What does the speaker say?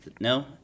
No